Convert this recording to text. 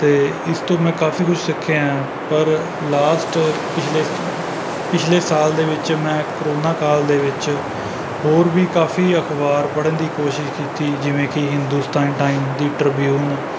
ਅਤੇ ਇਸ ਤੋਂ ਮੈਂ ਕਾਫ਼ੀ ਕੁਛ ਸਿੱਖਿਆ ਹੈ ਪਰ ਲਾਸਟ ਪਿਛਲੇ ਸਾ ਪਿਛਲੇ ਸਾਲ ਦੇ ਵਿੱਚ ਮੈਂ ਕਰੋਨਾ ਕਾਲ ਦੇ ਵਿੱਚ ਹੋਰ ਵੀ ਕਾਫ਼ੀ ਅਖਬਾਰ ਪੜ੍ਹਨ ਦੀ ਕੋਸ਼ਿਸ਼ ਕੀਤੀ ਜਿਵੇਂ ਕਿ ਹਿੰਦੁਸਤਾਨ ਟਾਈਮ ਦੀ ਟ੍ਰਿਬਿਊਨ